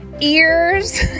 ears